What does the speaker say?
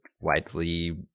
widely